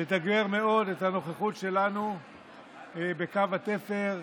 לתגבר מאוד את הנוכחות שלנו בקו התפר,